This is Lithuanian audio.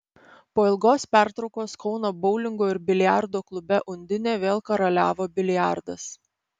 po ilgos pertraukos kauno boulingo ir biliardo klube undinė vėl karaliavo biliardas